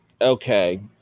okay